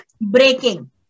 breaking